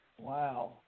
Wow